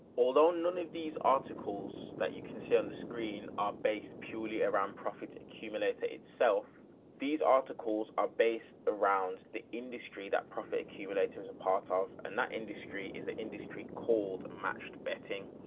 although, none of these articles that you can see on the screen are based purely around profit accumulator itself. these articles are based around the industry. that profit accumulator is a part of, and that industry is an industry called matched betting.